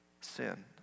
sin